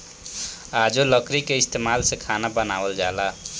आजो लकड़ी के इस्तमाल से खाना बनावल जाला